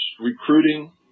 recruiting